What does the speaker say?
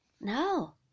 No